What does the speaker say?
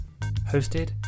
Hosted